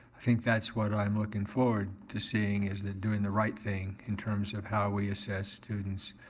i think that's what i'm looking forward to seeing is that doing the right thing in terms of how we assess students,